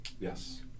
Yes